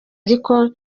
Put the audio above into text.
ariko